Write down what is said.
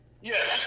Yes